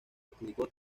adjudicó